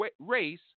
race